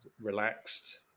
relaxed